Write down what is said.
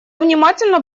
внимательно